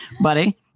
Buddy